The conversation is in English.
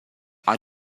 are